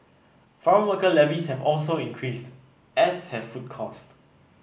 foreign worker levies have also increased as have food cost